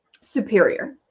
superior